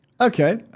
Okay